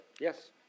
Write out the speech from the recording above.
Yes